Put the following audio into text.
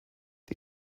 die